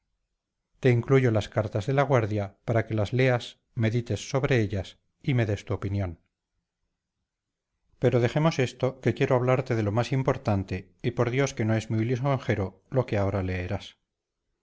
te incluyo las cartas de la guardia para que las leas medites sobre ellas y me des tu opinión pero dejemos esto que quiero hablarte de lo más importante y por dios que no es muy lisonjero lo que ahora leerás